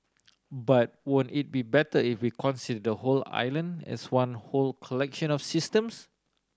but won't it be better if we consider the whole island as one whole collection of systems